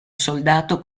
soldato